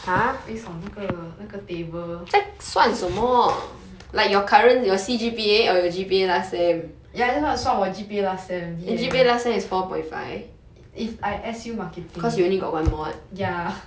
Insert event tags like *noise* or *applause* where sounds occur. based on 那个那个 table ya I just want to 算我 G_P_A last sem if I S_U marketing ya *laughs*